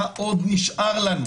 מה עוד נשאר לנו?